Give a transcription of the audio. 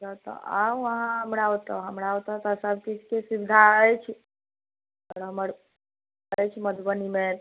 तऽ आउ अहाँ हमरा ओतय हमरा ओतय तऽ सभचीजके सुविधा अछि आओर हमर अछि मधुबनीमे